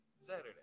Saturday